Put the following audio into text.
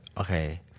okay